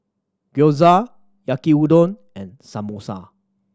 Gyoza Yaki Udon and Samosa